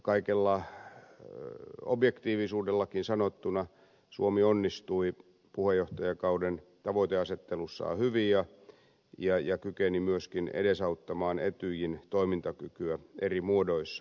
kaikella objektiivisuudellakin sanottuna suomi onnistui puheenjohtajakauden tavoiteasettelussaan hyvin ja kykeni myöskin edesauttamaan etyjin toimintakykyä eri muodoissaan